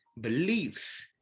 Beliefs